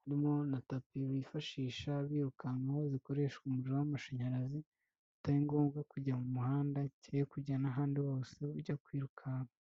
harimo na tapi bifashisha birukankaho zikoresha umuriro w'amashanyarazi bitari ngombwa kujya mu muhanda cyangwa kujya n'ahandi hose ujya kwirukanka.